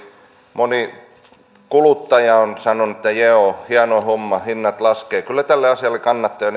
moni kuluttaja on sanonut että joo hieno homma hinnat laskevat kyllä tälle asialle kannattajia